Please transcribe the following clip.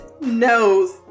knows